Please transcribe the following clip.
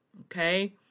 Okay